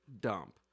dump